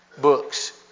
books